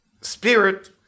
spirit